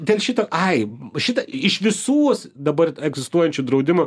dėl šito ai šitą iš visų dabar egzistuojančių draudimų